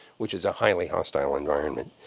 which is a highly hostile environment.